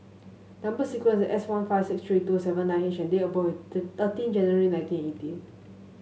number sequence is S one five six three two seven nine H and date of birth is thirteen January nineteen eighty